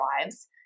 lives